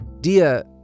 Dia